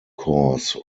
course